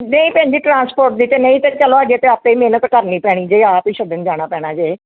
ਨਹੀਂ ਭੈਣ ਜੀ ਟ੍ਰਾਂਸਪੋਰਟ ਦੀ ਤਾਂ ਨਹੀਂ ਅਤੇ ਚਲੋ ਅਜੇ ਤਾਂ ਆਪ ਹੀ ਮਿਹਨਤ ਕਰਨੀ ਪੈਣੀ ਜੇ ਆਪ ਹੀ ਛੱਡਣ ਜਾਣਾ ਪੈਣਾ ਜੇ